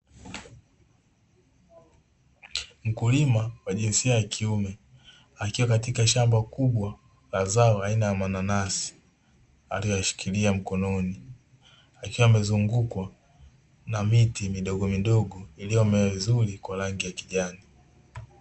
Mkulima wa jinsia ya kiume akiwa katika shamba kubwa la zao aina ya mananasi aliyoyashikilia mkononi, akiwa amezungukwa na miti midogomidogo, iliyomea vizuri kwa rangi ya kijani.